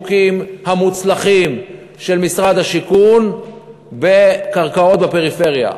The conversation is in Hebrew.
השיווקים המוצלחים של משרד השיכון בקרקעות בפריפריה.